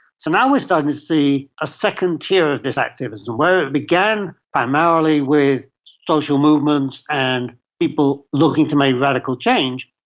so now we are starting to see a second tier of these activism. where it began primarily with social movements and people looking to make a radical change,